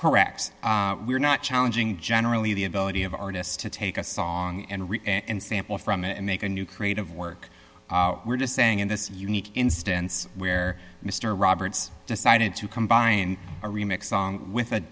correct we're not challenging generally the ability of artists to take a song and read and sample from it and make a new creative work we're just saying in this unique instance where mr roberts decided to combine a remake song with